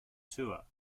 tour